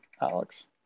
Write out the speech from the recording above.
Alex